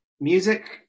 music